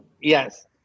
Yes